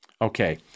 okay